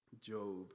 Job